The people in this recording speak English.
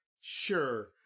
Sure